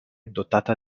dotata